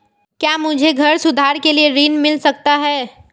क्या मुझे घर सुधार के लिए ऋण मिल सकता है?